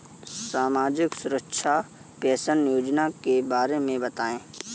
सामाजिक सुरक्षा पेंशन योजना के बारे में बताएँ?